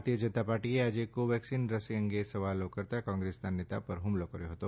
ભારતીય જનતા પાર્ટીએ આજે કોવેક્સીન રસી અંગે સવાલો કરતા કોંગ્રેસના નેતાઓ પર હુમલો કર્યો હતો